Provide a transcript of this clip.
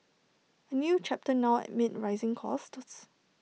A new chapter now amid rising costs